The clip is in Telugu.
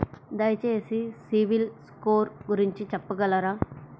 దయచేసి సిబిల్ స్కోర్ గురించి చెప్పగలరా?